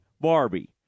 Barbie